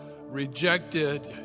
rejected